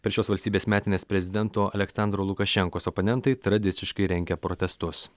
per šios valstybės metines prezidento aleksandro lukašenkos oponentai tradiciškai rengia protestus